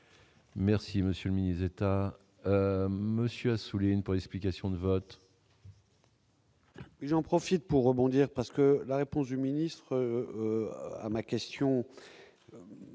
Merci monsieur mise état monsieur Assouline pour l'explication de vote. J'en profite pour rebondir parce que la réponse du ministre à ma question